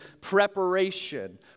preparation